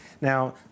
Now